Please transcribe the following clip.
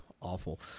awful